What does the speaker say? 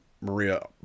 Maria